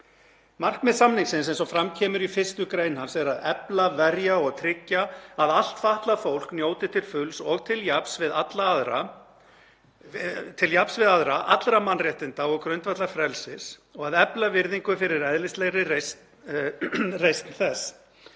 Markmið samningsins, eins og fram kemur í 1. gr. hans, er að efla, verja og tryggja að allt fatlað fólk njóti til fulls og til jafns við aðra allra mannréttinda og grundvallarfrelsis og að efla virðingu fyrir eðlislægri reisn þess.